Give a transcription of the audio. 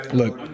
look